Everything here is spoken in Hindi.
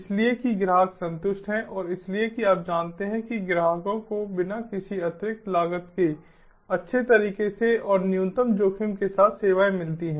इसलिए कि ग्राहक संतुष्ट हैं और इसलिए कि आप जानते हैं कि ग्राहकों को बिना किसी अतिरिक्त लागत के अच्छे तरीके से और न्यूनतम जोखिम के साथ सेवाएं मिलती हैं